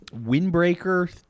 Windbreaker